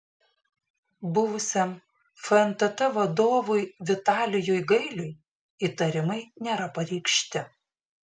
buvusiam fntt vadovui vitalijui gailiui įtarimai nėra pareikšti